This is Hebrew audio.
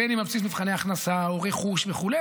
בין אם על בסיס מבחני הכנסה או רכוש וכו'